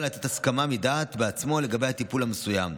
לתת הסכמה מדעת בעצמו על הטיפול המסוים.